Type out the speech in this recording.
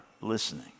listening